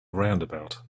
roundabout